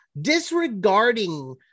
Disregarding